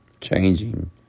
changing